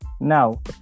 Now